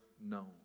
known